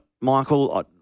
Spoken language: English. Michael